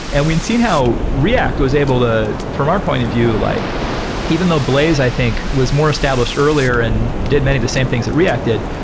and we've seen how react was able to from our point of view, like even though blaze i think was more established earlier and did many of the same things that react did,